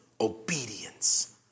Obedience